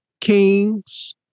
kings